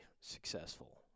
successful